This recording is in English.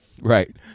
Right